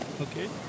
okay